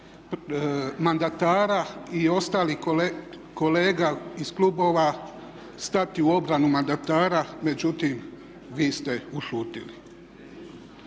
mandatara i ostalih kolega iz klubova stati u obranu mandatara, međutim, vi ste ušutjeli.